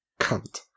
cunt